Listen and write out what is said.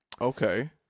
Okay